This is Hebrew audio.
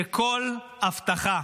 שכל הבטחה